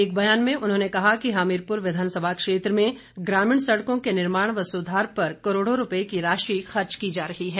एक बयान में उन्होंने कहा कि हमीरपुर विधानसभा क्षेत्र में ग्रामीण सड़कों के निर्माण व सुधार पर करोड़ों रूपये की राशि खर्च की जा रही है